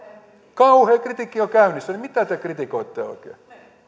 kauhea kritiikki on käynnissä mitä te oikein